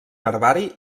herbari